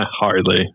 hardly